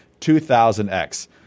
2000X